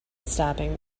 stopping